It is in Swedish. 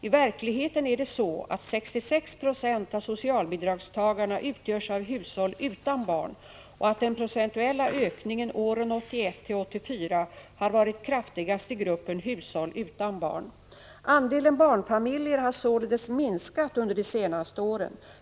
I verkligheten utgörs 66 96 av socialbidragstagarna av hushåll utan barn, och den procentuella ökningen åren 1981-1984 har varit kraftigast i gruppen hushåll utan barn. Andelen barnfamiljer har således minskat under de senaste åren.